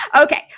Okay